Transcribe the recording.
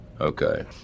Okay